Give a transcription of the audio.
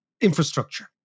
infrastructure